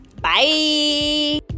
bye